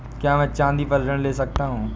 क्या मैं चाँदी पर ऋण ले सकता हूँ?